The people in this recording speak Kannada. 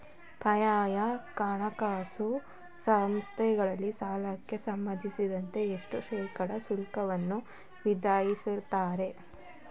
ಪರ್ಯಾಯ ಹಣಕಾಸು ಸಂಸ್ಥೆಗಳಲ್ಲಿ ಸಾಲಕ್ಕೆ ಸಂಬಂಧಿಸಿದಂತೆ ಎಷ್ಟು ಶೇಕಡಾ ಶುಲ್ಕವನ್ನು ವಿಧಿಸುತ್ತಾರೆ?